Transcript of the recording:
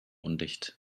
undicht